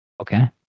okay